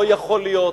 לא יכול להיות.